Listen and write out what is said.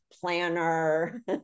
planner